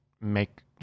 make